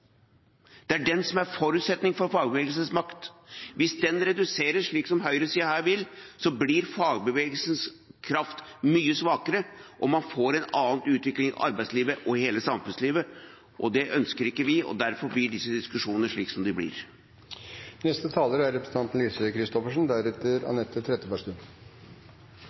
Den er forutsetninga for fagbevegelsens makt. Hvis den reduseres, slik som høyresida vil, blir fagbevegelsens kraft mye svakere, og man får en annen utvikling av arbeidslivet og hele samfunnslivet. Det ønsker ikke vi, og derfor blir disse diskusjonene slik som de